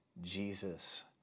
Jesus